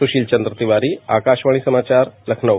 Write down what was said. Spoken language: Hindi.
सुशील चंद्र तिवारी आकाशवाणी समाचार लखनऊ